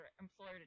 employer